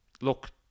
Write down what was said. look